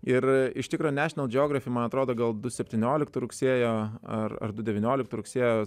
ir iš tikro national geographic man atrodo gal du septynioliktų rugsėjo ar du devynioliktų rugsėjo